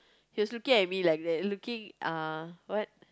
he was looking at me like that looking at me like that looking ah what